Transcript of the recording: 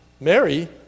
Mary